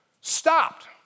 stopped